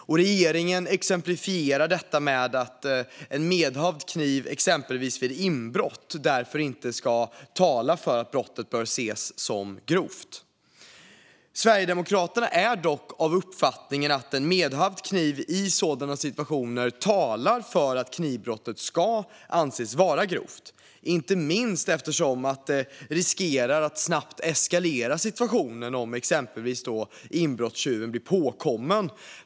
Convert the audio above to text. Regeringen exemplifierar detta med att medhavd kniv vid exempelvis inbrott inte ska tala för att brottet bör ses som grovt. Sverigedemokraterna är dock av uppfattningen att en medhavd kniv i sådana situationer talar för att knivbrottet ska anses grovt, inte minst eftersom det riskerar att snabbt eskalera situationen om inbrottstjuven exempelvis blir påkommen.